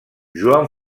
joan